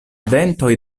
dentoj